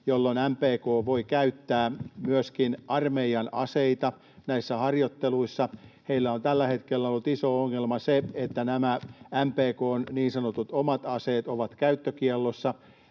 jolloin MPK voi käyttää myöskin armeijan aseita näissä harjoitteluissa. Heillä on tällä hetkellä ollut iso ongelma se, että nämä MPK:n niin sanotut omat aseet ovat käyttökiellossa